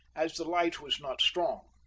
as the light was not strong.